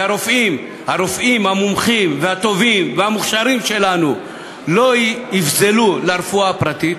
ושהרופאים המומחים הטובים והמוכשרים שלנו לא יפזלו לרפואה הפרטית,